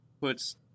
puts